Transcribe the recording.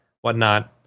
whatnot